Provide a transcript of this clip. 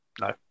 No